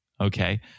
okay